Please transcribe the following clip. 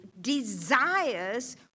desires